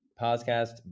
podcast